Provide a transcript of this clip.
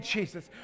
Jesus